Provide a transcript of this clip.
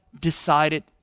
decided